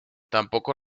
tampoco